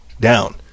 down